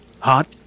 Hot